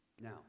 Now